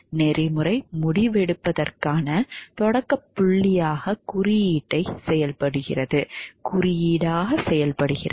நெறிமுறை முடிவெடுப்பதற்கான தொடக்க புள்ளியாக குறியீடு செயல்படுகிறது